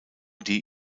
die